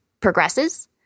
progresses